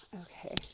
okay